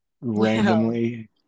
randomly